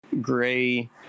gray